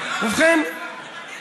לא, זה מעניין אותי